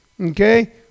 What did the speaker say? Okay